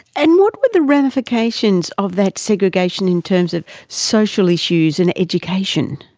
and what were the ramifications of that segregation in terms of social issues and education?